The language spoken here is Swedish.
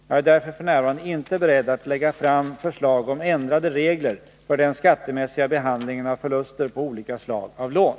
Jag är därför f. n. inte beredd att lägga fram förslag om ändrade regler för den skattemässiga behandlingen av förluster på olika slag av lån.